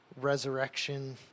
resurrection